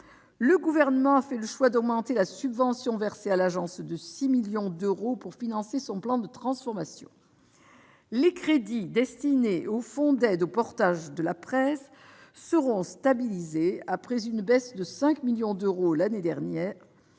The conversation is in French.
Le Gouvernement a fait le choix d'augmenter la subvention versée à l'agence de 6 millions d'euros pour financer son plan de transformation. Les crédits destinés au fonds d'aide au portage de la presse seront stabilisés, après une baisse de 5 millions d'euros l'année dernière,